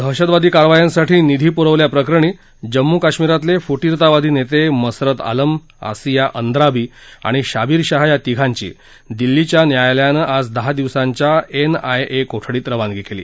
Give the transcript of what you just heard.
दहशतवादी कारवायांसाठी निधी पुरवल्या प्रकरणी जम्मू काश्मीरातले फुटीरतावादी नेते मसरत आलम आसिया अंद्राबी आणि शाबीर शहा या तिघांची दिल्लीच्या न्यायालयानं आज दहा दिवसांच्या एन आय ए कोठडीत रवानगी केली